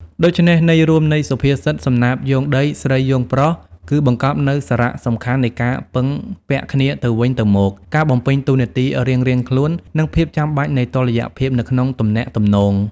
ដូច្នេះ ន័យរួមនៃសុភាសិត សំណាបយោងដី ស្រីយោងប្រុស គឺបង្កប់នូវសារៈសំខាន់នៃការពឹងពាក់គ្នាទៅវិញទៅមក ការបំពេញតួនាទីរៀងៗខ្លួន និងភាពចាំបាច់នៃតុល្យភាពនៅក្នុងទំនាក់ទំនង។